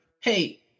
Hey